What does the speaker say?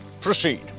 proceed